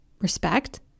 Respect